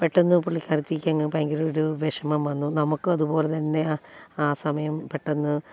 പെട്ടെന്ന് പുള്ളിക്കാരത്തിക്കങ്ങ് ഭയങ്കര ഒരു വിഷമം വന്നു നമുക്കതുപോലെ തന്നെ ആ സമയം പെട്ടെന്ന്